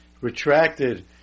retracted